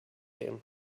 him